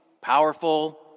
powerful